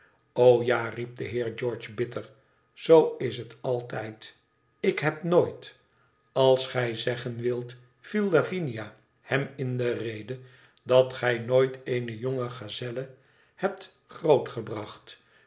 o ja riep de heer george bitter zoo is het altijd ik heb nooit als gij zeggen wilt viel lavinia hem in de rede dat gij nooit eene jonge gazelle hebt